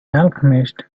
alchemist